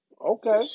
Okay